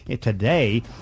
today